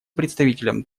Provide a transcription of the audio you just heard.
представителем